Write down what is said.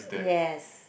yes